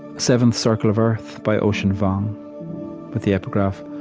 seventh circle of earth by ocean vuong with the epigraph,